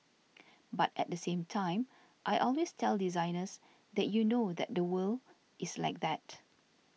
but at the same time I always tell designers that you know that the world is like that